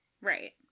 right